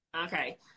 Okay